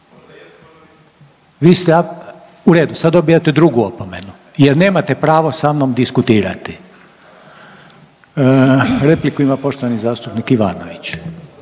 valjda jesam, valjda nisam/… U redu, sad dobijate drugu opomenu jer nemate pravo sa mnom diskutirati. Repliku ima poštovani zastupnik Ivanović.